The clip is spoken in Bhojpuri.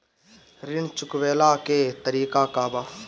ऋण चुकव्ला के तरीका का बा?